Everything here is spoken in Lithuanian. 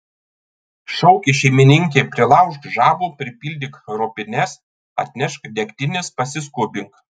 šaukė šeimininkė prilaužk žabų pripildyk ropines atnešk degtinės pasiskubink